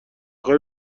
خوای